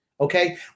okay